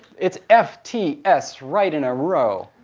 it's f t s right in a row.